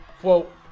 Quote